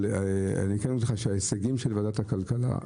אני רוצה לומר לך שההישגים של ועדת הכלכלה,